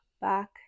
back